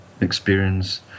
experience